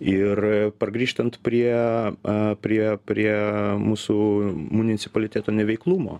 ir pargrįžtant prie a prie prie mūsų municipaliteto neveiklumo